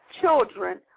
children